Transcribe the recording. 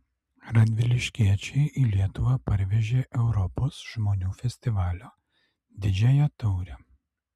radviliškiečiai į lietuvą parvežė europos žmonių festivalio didžiąją taurę